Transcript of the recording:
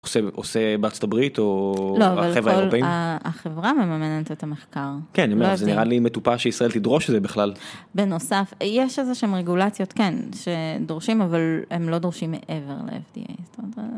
עושה בארצות הברית או החברה מממנת את המחקר כן זה נראה לי מטופש שישראל תדרוש לזה בכלל בנוסף יש איזה שם רגולציות כן שדורשים אבל הם לא דורשים מעבר ל.